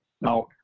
Now